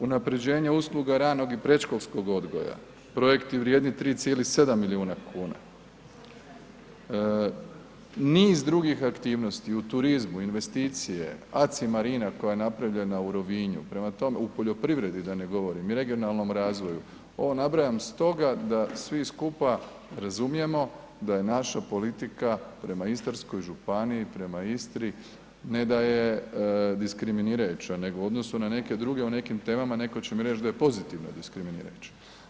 Unapređenje usluga ranog i predškolskog odgoja, projekti vrijedni 3,7 milijuna kuna, niz drugih aktivnosti u turizmu, investicije ACI Marina koja je napravljena u Rovinju, prema tome, u poljoprivredi da ne govorim, regionalnom razvoju, ovo nabrajam stoga da svi skupa razumijemo da je naša politika prema Istarskoj županiji, prema Istri, ne da je nediskriminirajuća, nego u odnosu na neke druge, u nekim temama netko će mi reći da je pozitivno diskriminirajuća.